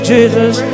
Jesus